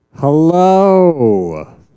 Hello